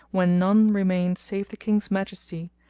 when none remained save the king's majesty,